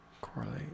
Correlate